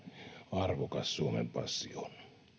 arvokas suomen passi on